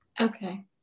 okay